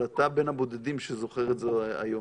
אבל אתה בין הבודדים שזוכר את זה היום.